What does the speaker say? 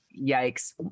Yikes